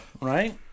right